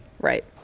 right